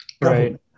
Right